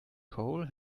coal